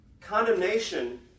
condemnation